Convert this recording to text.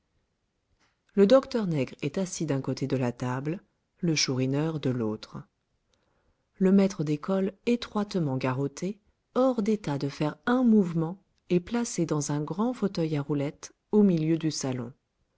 le docteur nègre est assis d'un côté de la table le chourineur de l'autre le maître d'école étroitement garrotté hors d'état de faire un mouvement est placé dans un grand fauteuil à roulettes au milieu du salon